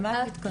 למה את מתכוונת?